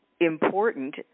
important